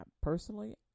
personally